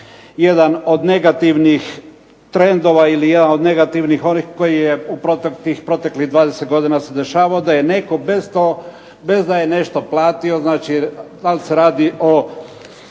jedan od negativnih trendova ili jedan od negativnih onih koji je u proteklih 20 godina se dešavao da je netko bez da je nešto platio, znači da li se radi o